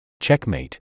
Checkmate